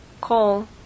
call